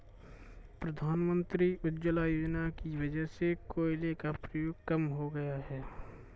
प्रधानमंत्री उज्ज्वला योजना की वजह से कोयले का प्रयोग कम हो गया है